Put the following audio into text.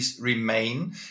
remain